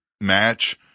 match